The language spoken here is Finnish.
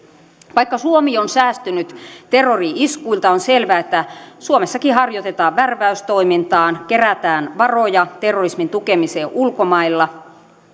vaikka suomi on säästynyt terrori iskuilta on selvää että suomessakin harjoitetaan värväystoimintaa kerätään varoja terrorismin tukemiseen ulkomailla